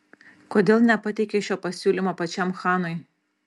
kodėl nepateikei šio pasiūlymo pačiam chanui